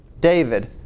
David